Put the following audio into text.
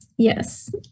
Yes